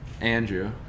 Andrew